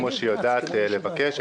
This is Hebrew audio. כפי שהיא יודעת לבקש,